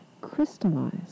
crystallize